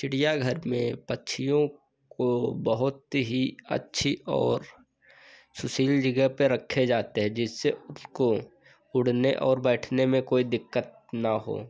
चिड़ियाघर में पक्षियों को बहुत ही अच्छी और सुशील जगह पर रखे जाते हैं जिससे उसको उड़ने और बैठने में कोई दिक्कत न हो